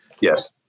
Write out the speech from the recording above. Yes